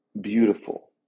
beautiful